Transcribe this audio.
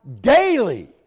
daily